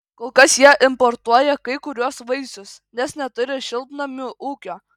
kol kas jie importuoja kai kuriuos vaisius nes neturi šiltnamių ūkio